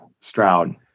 Stroud